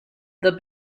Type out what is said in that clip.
the